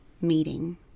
meeting